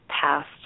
passed